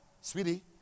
Sweetie